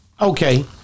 okay